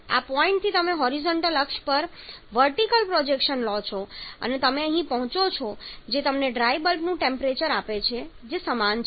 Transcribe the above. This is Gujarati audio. આ પોઇન્ટથી તમે હોરિઝોન્ટલ અક્ષ પર વર્ટિકલ પ્રોજેકશન લો છો અને તમે અહીં પહોંચો છો જે તમને ડ્રાય બલ્બનું ટેમ્પરેચર આપે છે જે સમાન છે